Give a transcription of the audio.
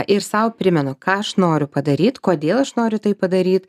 ir sau primenu ką aš noriu padaryt kodėl aš noriu tai padaryt